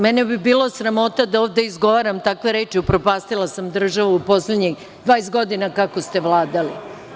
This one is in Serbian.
Mene bi bilo sramota da ovde izgovaram takve reči, upropastila sam državu u poslednjih 20 godina kako ste vladali.